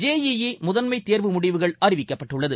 J E E முதன்மை தேர்வு முடிவுகள் அறிவிக்கப்பட்டுள்ளது